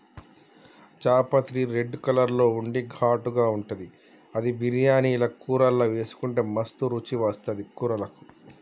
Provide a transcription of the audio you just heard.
జాపత్రి red colour లో ఉండి ఘాటుగా ఉంటది అది బిర్యానీల కూరల్లా వేసుకుంటే మస్తు రుచి వస్తది కూరలకు